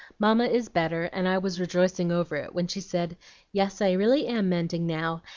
mamma is better, and i was rejoicing over it, when she said yes, i really am mending now,